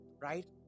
Right